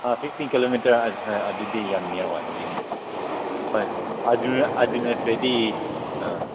ꯑꯥ fifteen kilometre ꯍꯣꯏ ꯑꯗꯨꯗꯤ ꯌꯥꯝ ꯅꯤꯌꯥꯔ ꯑꯣꯏꯕꯅꯤꯅꯦ ꯎꯃ ꯑꯥ ꯍꯣꯏ ꯑꯗꯨ ꯅꯠꯇ꯭ꯔꯗꯤ ꯑꯥ